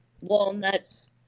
walnuts